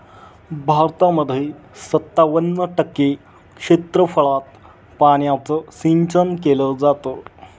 भारतामध्ये सत्तावन्न टक्के क्षेत्रफळात पाण्याचं सिंचन केले जात